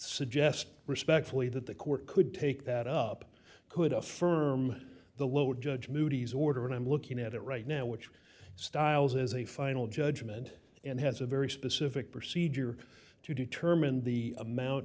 suggest respectfully that the court could take that up could affirm the lower judge moody's order and i'm looking at it right now which styles as a final judgment and has a very specific procedure to determine the amount